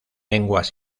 lenguas